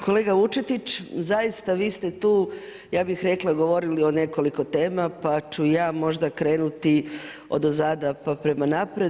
Kolega Vučetić zaista vi ste tu ja bih rekla govorili o nekoliko tema, pa ću ja možda krenuti odozada pa prema naprijed.